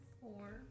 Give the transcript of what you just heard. Four